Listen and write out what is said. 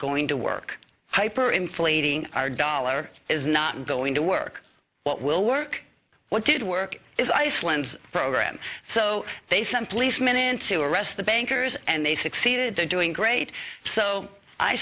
going to work hyper inflating our dollar is not going to work what will work what did work is iceland program so they some policemen to arrest the bankers and they succeeded to doing great so i